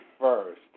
first